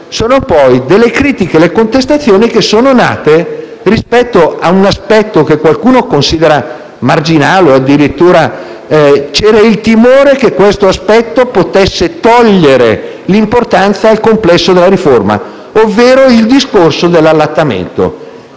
sono poi delle critiche e delle contestazioni che sono nate rispetto ad un aspetto che qualcuno considera marginale; addirittura c'era il timore che questo aspetto potesse togliere importanza al complesso della riforma. Mi riferisco al discorso dell'allattamento.